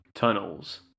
Tunnels